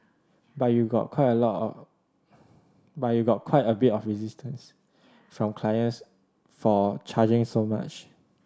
but you got quite a lot of but you got quite a bit of resistance from clients for charging so much